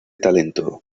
talento